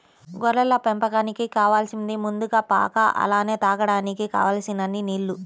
గొర్రెల పెంపకానికి కావాలసింది ముందుగా పాక అలానే తాగడానికి కావలసినన్ని నీల్లు